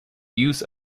use